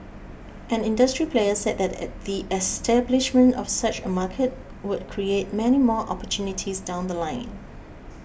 an industry player said that a the establishment of such a market would create many more opportunities down The Line